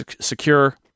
secure